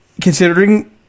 Considering